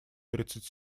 тридцать